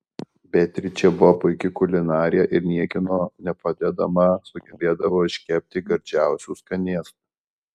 beatričė buvo puiki kulinarė ir niekieno nepadedama sugebėdavo iškepti gardžiausių skanėstų